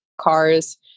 cars